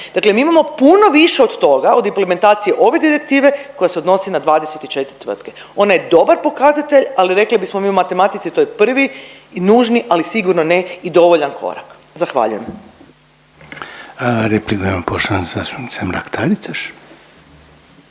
Dakle, mi imamo puno više od toga od implementacije ove direktive koja se odnosi 24 tvrtke. Ona je dobar pokazatelj, ali rekli bismo mi u matematici to je prvi i nužni, ali sigurno ne i dovoljan korak. Zahvaljujem. **Reiner, Željko (HDZ)** Repliku